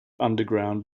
underground